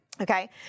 Okay